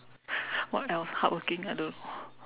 what else hardworking I don't know